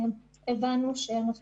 הלוגיקה הישנה הייתה שאנחנו